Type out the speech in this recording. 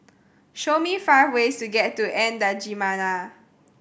show me five ways to get to N'Djamena